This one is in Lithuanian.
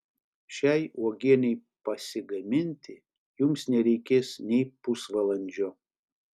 šiai uogienei pasigaminti jums nereikės nei pusvalandžio